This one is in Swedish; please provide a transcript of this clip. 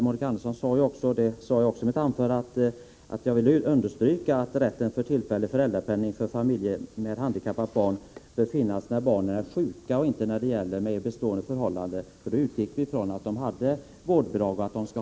Monica Andersson ville understryka — det gjorde jag också — att rätten till tillfällig föräldrapenning för familjer med handikappade barn bör finnas när barnen är kortvarigt sjuka, inte i fråga om bestående förhållande. Vi utgick från att man i det senare fallet får vårdbidrag.